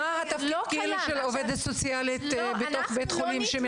מה התפקיד של עובדת סוציאלית המלווה בבית החולים?